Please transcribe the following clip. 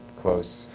close